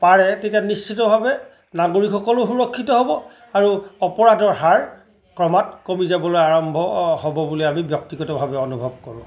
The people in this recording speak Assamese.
পাৰে তেতিয়া নিশ্চিতভাৱে নাগৰিকসকলো সুৰক্ষিত হ'ব আৰু অপৰাধৰ হাৰ ক্ৰমাৎ কমি যাবলৈ আৰম্ভ হ'ব বুলি আমি ব্যক্তিগতভাৱে অনুভৱ কৰোঁ